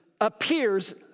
appears